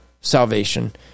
salvation